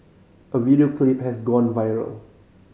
a video clip has gone viral